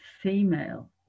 female